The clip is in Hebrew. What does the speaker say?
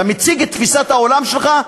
אתה מציג את תפיסת העולם שלך.